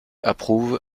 approuve